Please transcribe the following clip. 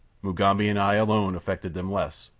mugambi and i alone affected them less,